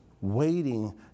waiting